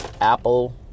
Apple